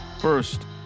First